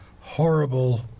horrible